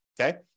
okay